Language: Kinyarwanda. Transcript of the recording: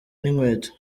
n’inkweto